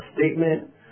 statement